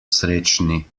srečni